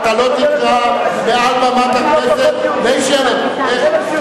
אתה לא תקרא מעל במת הכנסת לאיש "ילד".